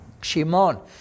Shimon